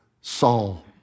Saul